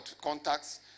contacts